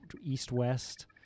east-west